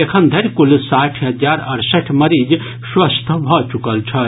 एखनधरि कुल साठि हजार अड़सठि मरीज स्वस्थ भऽ चुकल छथि